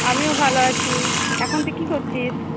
আমিও ভাল আছি এখন তুই কি করছিস